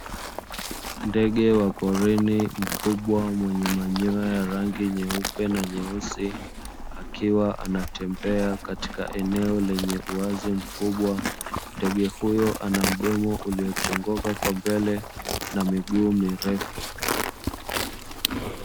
Ndege wa porini mkubwa, mwenye manyoya yenye rangi nyeupe na nyeusi, akiwa anatembea katika eneo lenye uwazi mkubwa ndege huyo ana mdomo uliochongoka kwa mbele na miguu mirefu.